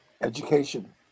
education